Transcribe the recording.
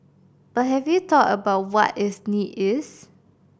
but have you thought about what that need is